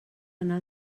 anar